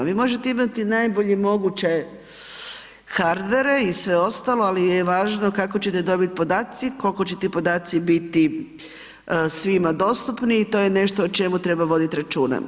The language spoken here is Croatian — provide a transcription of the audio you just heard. Vi možete imati najbolje moguće hardvere i sve ostalo ali je važno kako ćete dobit podatke, koliko će ti podaci biti svima dostupni i to je nešto o čemu treba voditi računa.